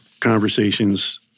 conversations